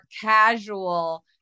casual